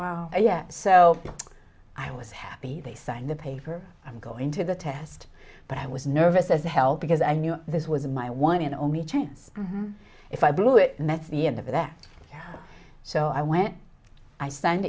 yeah yeah so i was happy they signed the paper i'm going to the test but i was nervous as hell because i knew this was my one and only chance if i blew it and that's the end of that so i went i s